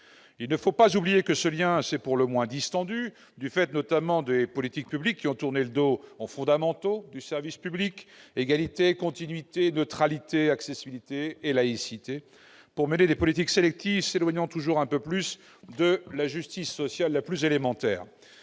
N'oublions pas que ce lien s'est pour le moins distendu du fait notamment de politiques publiques ayant tourné le dos aux fondamentaux du service public- égalité, continuité, neutralité, accessibilité et laïcité -pour mener des politiques sélectives s'éloignant toujours un peu plus de la justice sociale la plus élémentaire.